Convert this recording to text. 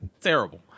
terrible